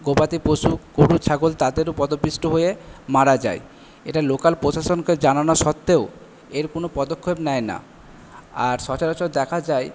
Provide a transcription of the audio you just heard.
গবাদি পশু গোরু ছাগল তাদেরও পদপিষ্ট হয়ে মারা যায় এটা লোকাল প্রশাসনকে জানানো সত্ত্বেও এর কোনো পদক্ষেপ নেয় না আর সচরাচর দেখা যায়